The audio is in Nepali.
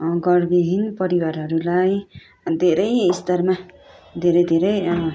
घर विहीन परिवारहरूलाई धेरै स्तरमा धेरै धेरै